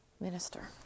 minister